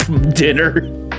dinner